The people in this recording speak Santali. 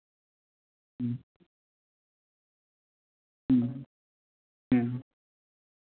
ᱦᱮᱸ ᱦᱮᱸ ᱦᱮᱸ